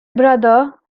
brother